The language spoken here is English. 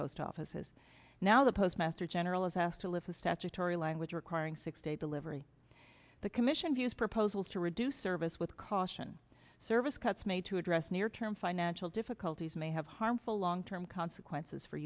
post offices now the postmaster general is asked to lift a statutory language requiring six day delivery the commission has proposals to reduce service with caution service cuts made to address near term financial difficulties may have harmful long term consequences for